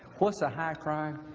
what is a high crime?